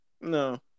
no